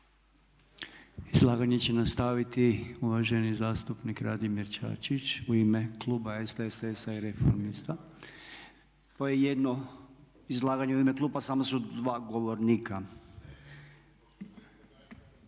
Izlaganje će nastaviti uvaženi zastupnik Radimir Čačić u ime kluba SDSS-a i Reformista. …/Upadica se ne čuje./… To je jedno izlaganje u ime kluba samo su dva govornika.